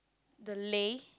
the Lei